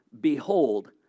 Behold